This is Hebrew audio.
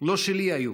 לא שלי היו.